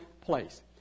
place